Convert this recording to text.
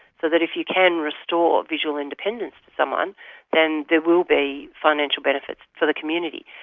so that if you can restore visual independence to someone then there will be financial benefits for the community.